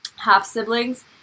half-siblings